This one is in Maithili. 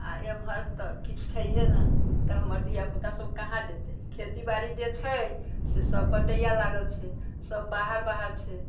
आओर एमहर तऽ किछु छै हे नहि तऽ हमर धियापुता सब कहाँ जेतै खेतीबारी जे छै से सब बटैया लागल छै सब बाहर बाहर छै